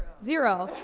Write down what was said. zero.